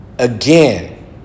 Again